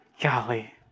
Golly